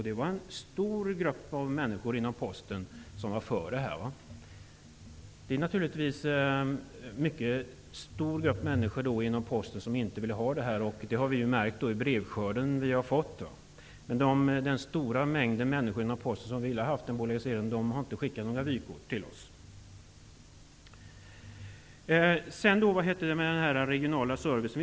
Det var en stor grupp människor inom Posten som var för en bolagisering. Det är naturligtvis också en stor grupp människor inom Posten som inte vill ha det. Det har vi ju märkt i brevskörden. Men den stora mängd människor inom Posten som velat ha en bolagisering har inte skickat några vykort till oss. Så till frågan om den regionala servicen.